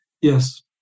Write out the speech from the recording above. Yes